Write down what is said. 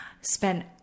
spend